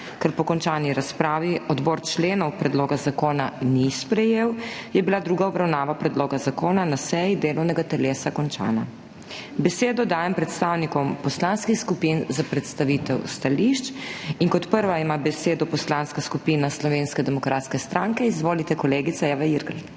Ker po končani razpravi odbor členov predloga zakona ni sprejel, je bila druga obravnava predloga zakona na seji delovnega telesa končana. Besedo dajem predstavnikom poslanskih skupin za predstavitev stališč. Kot prva ima besedo Poslanska skupina Slovenske demokratske stranke. Izvolite, kolegica Eva Irgl.